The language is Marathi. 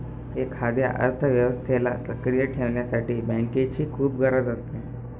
एखाद्या अर्थव्यवस्थेला सक्रिय ठेवण्यासाठी बँकेची खूप गरज असते